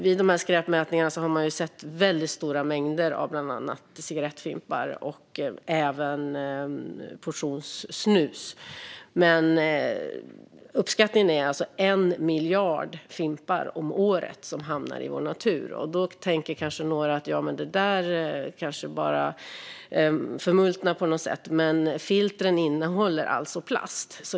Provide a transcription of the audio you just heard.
Vid skräpmätningarna har man sett stora mängder av bland annat cigarettfimpar och även portionssnus. Uppskattningen är att det är 1 miljard fimpar om året som hamnar i vår natur. Då tänker några att de förmultnar på något sätt, men filtren innehåller plast.